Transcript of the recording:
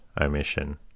Omission